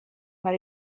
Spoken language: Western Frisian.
mar